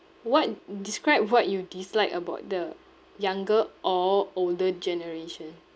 what describe what you dislike about the younger or older generation